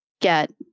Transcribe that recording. get